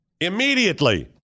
immediately